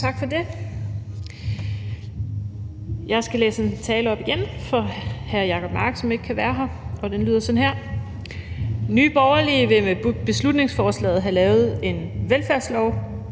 Tak for det. Jeg skal igen læse en tale op af hr. Jacob Mark, som ikke kan være her. Den lyder sådan her: Nye Borgerlige vil med beslutningsforslaget have lavet en velstandslov,